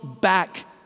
back